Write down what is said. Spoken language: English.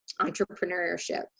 entrepreneurship